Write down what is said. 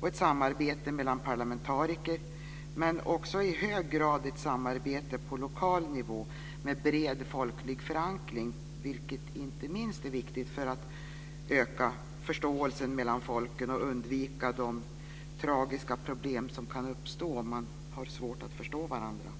och ett samarbete mellan parlamentariker men också i hög grad ett samarbete på lokal nivå med bred folklig förankring, vilket inte minst är viktigt för att öka förståelsen mellan folken och undvika de tragiska problem som kan uppstå när man har svårt att förstå varandra.